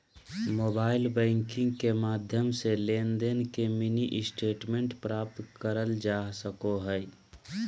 mobile banking के माध्यम से लेनदेन के मिनी स्टेटमेंट प्राप्त करल जा सको हय